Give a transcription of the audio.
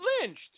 lynched